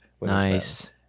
Nice